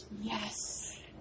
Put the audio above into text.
Yes